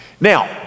Now